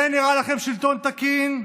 זה נראה לכם שלטון תקין?